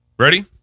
ready